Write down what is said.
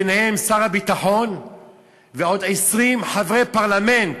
ביניהם שר הביטחון ועוד 20 חברי פרלמנט.